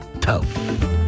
tough